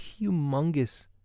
humongous